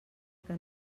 que